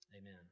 Amen